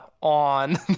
on